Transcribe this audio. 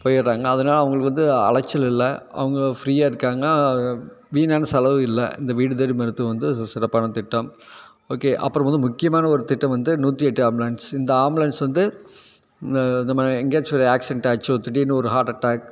போய்விட்றாங்க அதனால அவர்களுக்கு வந்து அலைச்சல் இல்லை அவங்க ஃப்ரீயாக இருக்காங்க வீணான செலவு இல்லை இந்த வீடு தேடி மருத்துவம் வந்து சிறப்பானத் திட்டம் ஓகே அப்புறம் வந்து முக்கியமான ஒரு திட்டம் வந்து நூற்றி எட்டு ஆம்புலன்ஸ் இந்த ஆம்புலன்ஸ் வந்து நம்ம எங்கேயாச்சும் ஒரு ஆக்சிரென்ட் ஆச்சோ திடீரென்னு ஒரு ஹார்ட் அட்டாக்